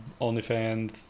OnlyFans